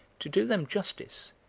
to do them justice,